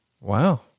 Wow